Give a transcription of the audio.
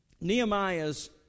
Nehemiah's